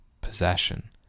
possession